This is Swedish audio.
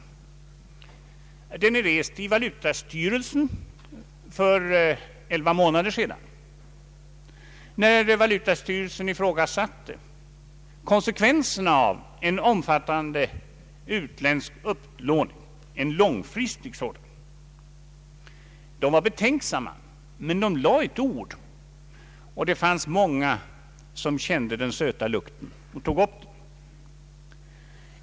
Bland annat är den rest i valutastyrelsen för 11 månader sedan när styrelsen ifrågasatte konsekvenserna av en långfristig och omfattande utländsk upplåning. Man var betänksam men lade ändå ett ord för en upplåning, och många kände den söta lukten.